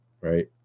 right